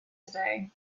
today